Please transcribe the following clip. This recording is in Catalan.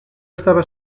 estava